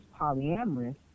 polyamorous